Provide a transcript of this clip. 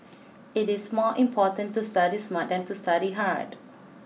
it is more important to study smart than to study hard